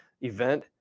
event